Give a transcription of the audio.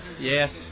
Yes